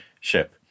ship